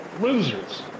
losers